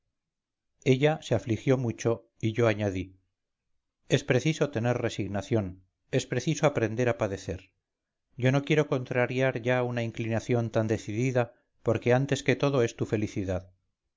ella se afligió mucho y yo añadí es preciso tener resignación es preciso aprender a padecer yo no quiero contrariar ya una inclinación tan decidida porque antes que todo es tu felicidad